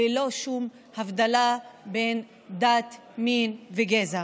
ללא שום הבדל בין דת, מין וגזע.